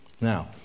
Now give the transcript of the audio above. Now